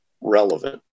relevant